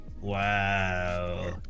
Wow